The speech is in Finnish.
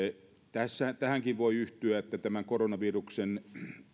tähänkin voin yhtyä että tämän koronaviruksen